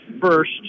first